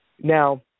Now